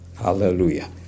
Hallelujah